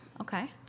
Okay